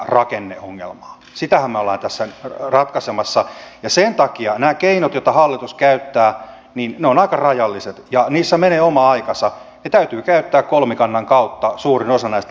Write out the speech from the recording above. sitähän me olemme tässä ratkaisemassa ja sen takia nämä keinot joita hallitus käyttää ovat aika rajalliset ja niissä menee oma aikansa ja täytyy käyttää kolmikannan kautta suurin osa näistä laeista